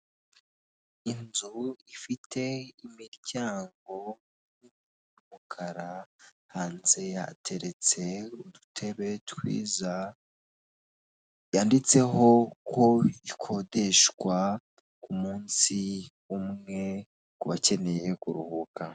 Inzu ifite imiryango y'umukara hanze yateretse udutebe twiza yanditseho ko ikodeshwa ku munsi umwe kubakeneye kuruhuka.